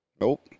Nope